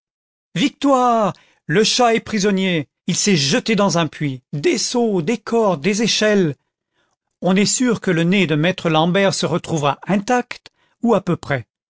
victoire le chat est prisonnier il s'est jeté dans un puits des seaux des cordes des échelles on est sûr que le nez de maître lambert se retrouvera intact ou à peu près